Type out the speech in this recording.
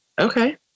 Okay